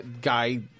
guy